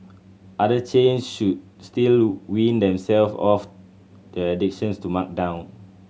other chains should still wean themselves off their addiction to markdown